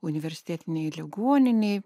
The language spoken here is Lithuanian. universitetinėj ligoninėj